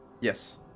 Yes